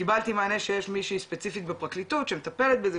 קיבלתי מענה שיש מישהי ספציפית בפרקליטות שמטפלת בזה,